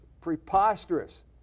preposterous